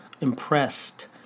impressed